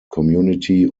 community